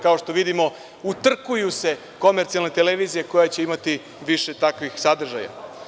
Kao što vidimo, utrkuju se komercijalne televizije koja će imati više takvih sadržaja.